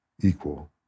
equal